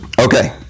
Okay